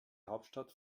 hauptstadt